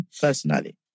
personally